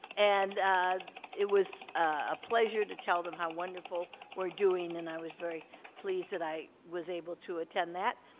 and it was a pleasure to tell them how wonderful we're doing, and i was very pleased that i was able to attend that.